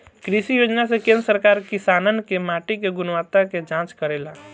कृषि योजना से केंद्र सरकार किसानन के माटी के गुणवत्ता के जाँच करेला